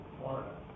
Florida